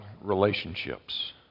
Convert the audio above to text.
relationships